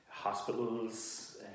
hospitals